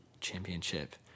Championship